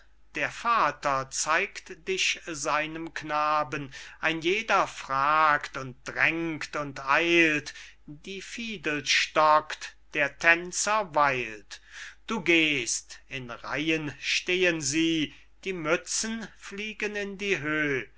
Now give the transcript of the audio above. der vater zeigt dich seinem knaben ein jeder fragt und drängt und eilt die fiedel stockt der tänzer weilt du gehst in reihen stehen sie die mützen fliegen in die höh